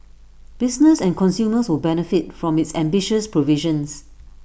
business and consumers will benefit from its ambitious provisions